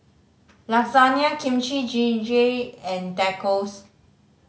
Lasagna Kimchi Jjigae and Tacos